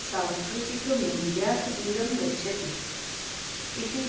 सांस्कृतिकमूल्यात् दूरं गच्छति इति